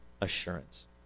assurance